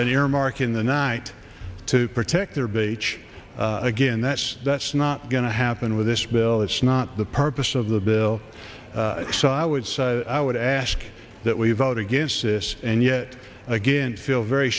an earmark in the night to protect their base again that's that's not going to happen with this bill it's not the purpose of the bill so i would say i would ask that we vote against this and yet again feel very